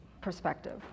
perspective